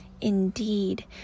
indeed